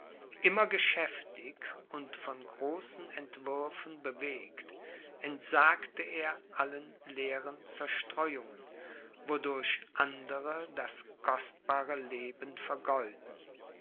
immer geschäftig und von großen entwürfen bewegt entsagte er allen leeren zerstreuungen wodurch andere das kostbare leben vergeuden